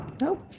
Nope